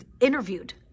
interviewed